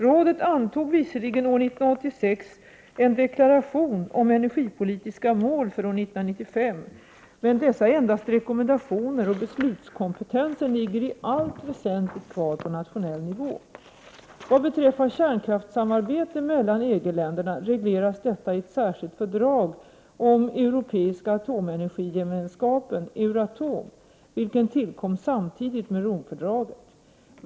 Rådet antog visserligen år 1986 en deklaration om energipolitiska mål för år 1995, men dessa är endast rekommendationer och beslutskompetensen ligger i allt väsentligt kvar på nationell nivå. Vad beträffar kärnkraftssamarbete mellan EG-länderna, regleras detta i ett särskilt fördrag om Europeiska atomenergigemenskapen, Euratom, vilket tillkom samtidigt med Rom-fördraget.